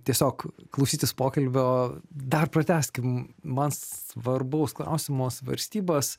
tiesiog klausytis pokalbio dar pratęskim man svarbaus klausimo svarstybas